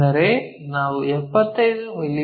ಅಂದರೆ ನಾವು 75 ಮಿ